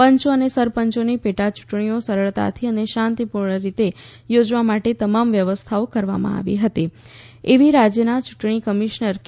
પંચો અને સરપંચોની પેટાચૂંટણીઓ સરળતાથી અને શાંતિપૂર્ણ રીતે યોજવા માટે તમામ વ્યવસ્થાઓ કરવામાં આવી હતી એવી રાજ્યના ચૂંટણી કમિશનર કે